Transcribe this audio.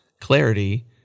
Clarity